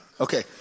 Okay